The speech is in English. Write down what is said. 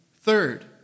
Third